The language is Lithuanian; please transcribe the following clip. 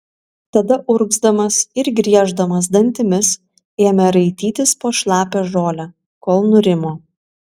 tada urgzdamas ir grieždamas dantimis ėmė raitytis po šlapią žolę kol nurimo